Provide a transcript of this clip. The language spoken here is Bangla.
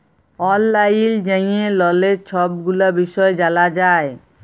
অললাইল যাঁয়ে ললের ছব গুলা বিষয় জালা যায়